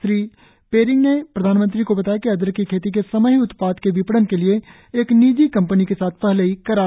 श्री रेरिंग ने प्रधानमंत्री को बताया कि अदरक की खेती के समय ही उत्पाद के विपणन के लिए एक निजी कम्पनी के साथ पहले ही करार हो जाता है